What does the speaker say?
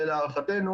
אני פותח את הדיון.